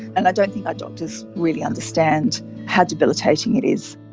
and i don't think doctors really understand how debilitating it is.